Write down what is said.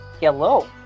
Hello